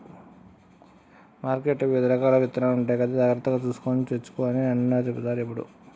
మార్కెట్లో వివిధ రకాల విత్తనాలు ఉంటాయి కదా జాగ్రత్తగా చూసుకొని తెచ్చుకో అని అన్న చెపుతాడు ఎప్పుడు